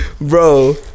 Bro